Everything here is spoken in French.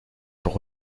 pour